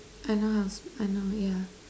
I know I'll speak I know yeah